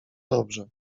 dobrze